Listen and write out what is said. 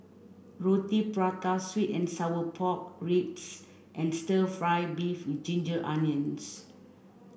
Roti Prata sweet and sour pork ribs and stir fry beef with ginger onions